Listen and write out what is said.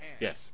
Yes